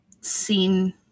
seen